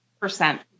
percent